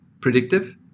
predictive